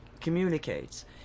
communicates